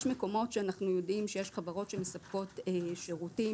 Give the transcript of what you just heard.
יש מקומות שאנחנו יודעים שיש חברות שמספקות שירותים